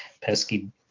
pesky